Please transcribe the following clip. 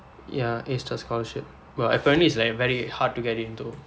ya A_STAR scholarship but apparently is like very hard to get in though